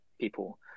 people